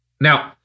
now